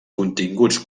continguts